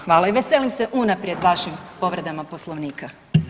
Hvala i veselim se unaprijed vašim povredama Poslovnika.